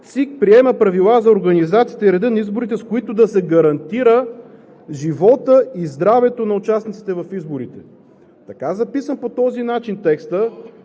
ЦИК приема правилата за организацията и реда на изборите, с които да се гарантира животът и здравето на участниците в изборите. Записан по този начин, текстът